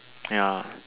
ya